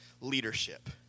leadership